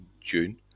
June